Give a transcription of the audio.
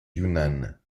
yunnan